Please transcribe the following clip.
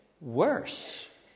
worse